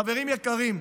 חברים יקרים,